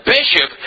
bishop